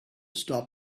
stop